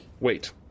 wait